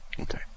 Okay